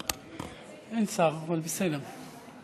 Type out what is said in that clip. אין שר, אבל בסדר.